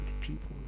people